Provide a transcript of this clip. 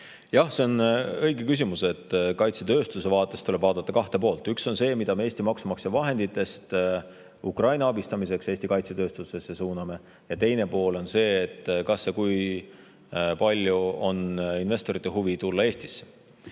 Jah, see on õige küsimus. Kaitsetööstuse vaates tuleb vaadata kahte poolt. Üks on see, mida me Eesti maksumaksja vahenditest Ukraina abistamiseks Eesti kaitsetööstusesse suuname. Ja teine pool on see, kui suur on investorite huvi tulla Eestisse.